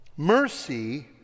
mercy